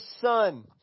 son